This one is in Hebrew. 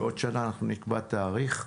בעוד שנה אנחנו נקבע תאריך,